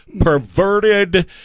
perverted